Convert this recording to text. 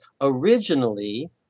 originally